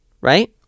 Right